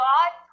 God